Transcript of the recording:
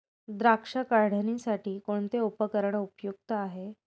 द्राक्ष काढणीसाठी कोणते उपकरण उपयुक्त आहे?